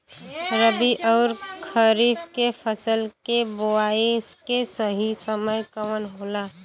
रबी अउर खरीफ के फसल के बोआई के सही समय कवन होला?